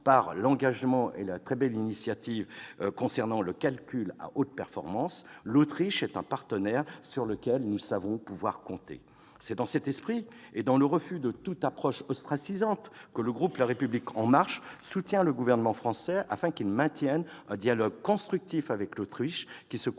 numérique ou de la très belle initiative concernant le calcul à haute performance, l'Autriche est un partenaire sur lequel nous savons pouvoir compter. C'est dans cet esprit, refusant toute approche ostracisante, que le groupe La République En Marche soutient le gouvernement français, afin qu'il maintienne un dialogue constructif avec l'Autriche, qui se trouve